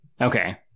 okay